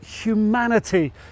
humanity